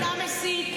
אתה מסית.